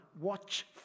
watch